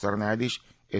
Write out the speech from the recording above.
सरन्यायाधिश एस